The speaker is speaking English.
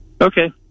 Okay